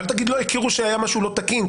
אבל אל תגיד לא הכירו שהיה משהו לא תקין.